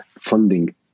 funding